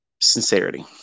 sincerity